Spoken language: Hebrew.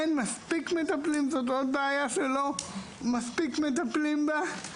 אין מספיק מטפלים וזו גם בעיה שלא מספיק מטפלים בה.